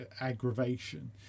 aggravation